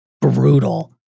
brutal